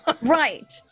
Right